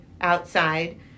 outside